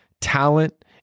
talent